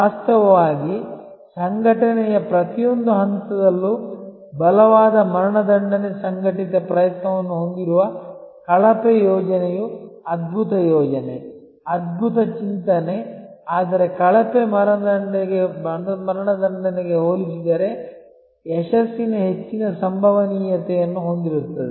ವಾಸ್ತವವಾಗಿ ಸಂಘಟನೆಯ ಪ್ರತಿಯೊಂದು ಹಂತದಲ್ಲೂ ಬಲವಾದ ಮರಣದಂಡನೆ ಸಂಘಟಿತ ಪ್ರಯತ್ನವನ್ನು ಹೊಂದಿರುವ ಕಳಪೆ ಯೋಜನೆಯು ಅದ್ಭುತ ಯೋಜನೆ ಅದ್ಭುತ ಚಿಂತನೆ ಆದರೆ ಕಳಪೆ ಮರಣದಂಡನೆಗೆ ಹೋಲಿಸಿದರೆ ಯಶಸ್ಸಿನ ಹೆಚ್ಚಿನ ಸಂಭವನೀಯತೆಯನ್ನು ಹೊಂದಿರುತ್ತದೆ